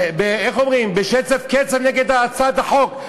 איך אומרים, בשצף-קצף נגד הצעת החוק?